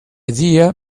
idea